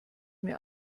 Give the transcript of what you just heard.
mir